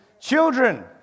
children